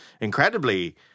incredibly